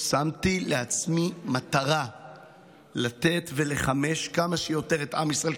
שמתי לעצמי מטרה לתת ולחמש כמה שיותר את עם ישראל,